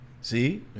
See